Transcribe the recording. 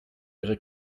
ihre